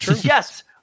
Yes